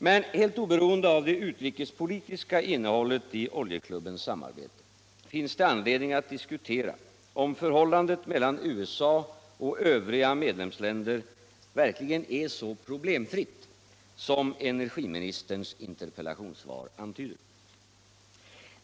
Men helt oberoende av det utrikespolitiska innehållet i Oljeklubbens samarbete finns det anledning att diskutera om förhållandet mellan USA och övriga medlemsländer verkligen är så problemfritt som energiministerns interpellationssvar antyder.